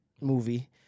movie